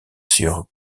sur